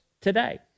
today